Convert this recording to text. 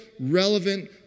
relevant